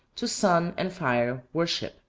to sun and fire worship.